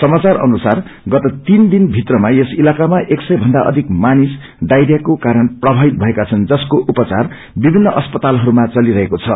समाचार अनुसार गत जन दिन भित्रमा यस इलाकामा एक सय भन्दा अधिक मासिहरू डायरियोको कारण प्रभावित भएका छन् जसको उपचार विभिन्न अस्पतालहरूमा चलिरहेको छ